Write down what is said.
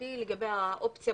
המשפטי לגבי האופציה.